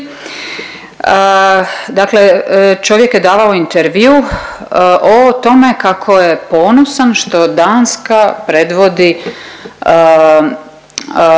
Dakle, čovjek je davao intervju o tome kako je ponosan što Danska predvodi